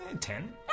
Ten